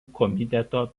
komiteto